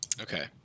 Okay